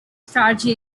strategy